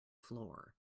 floor